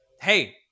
Hey